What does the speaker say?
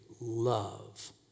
love